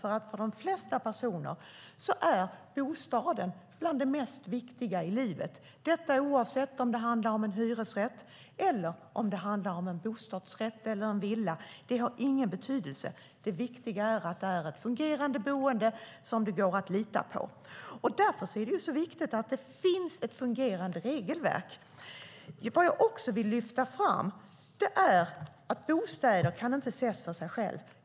För de flesta personer är bostaden bland det viktigaste i livet, oavsett om det handlar om en hyresrätt, en bostadsrätt eller en villa. Det har ingen betydelse. Det viktiga är att det är ett fungerande boende som det går att lita på. Därför är det viktigt att det finns ett fungerande regelverk. Jag vill också lyfta fram att bostäder inte kan ses för sig själva.